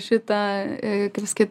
šita kaip pasakyt